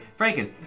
Franken